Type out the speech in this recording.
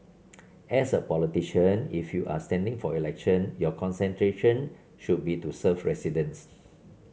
as a politician if you are standing for election your concentration should be to serve residents